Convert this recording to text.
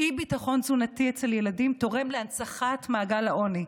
אי-ביטחון תזונתי אצל ילדים תורם להנצחת מעגל העוני.